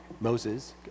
Moses